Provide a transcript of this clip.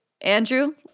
Andrew